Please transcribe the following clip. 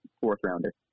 fourth-rounder